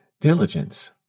diligence